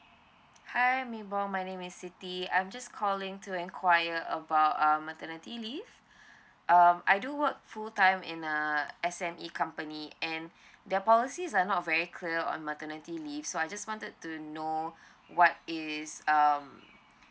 hi ming bong my name is siti I'm just calling to enquire about um maternity leave um I do work full time in uh S_M_E company and the policy is like not very clear on maternity leave so I just wanted to know what is um